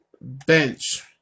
bench